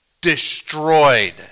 destroyed